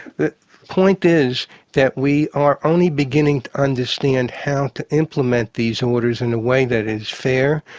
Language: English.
the point is that we are only beginning to understand how to implement these and orders in a way that is fair,